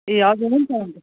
ए हजुर हुन्छ हुन्छ